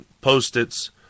post-its